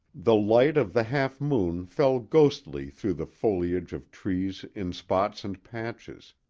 the light of the half moon fell ghostly through the foliage of trees in spots and patches,